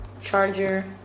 charger